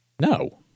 No